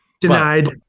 Denied